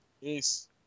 Peace